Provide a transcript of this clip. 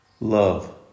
Love